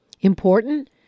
important